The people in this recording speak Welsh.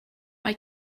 mae